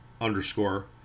underscore